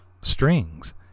strings